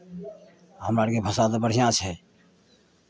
हमरा आरके भाषा तऽ बढ़िआँ छै